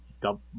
dump